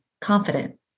confident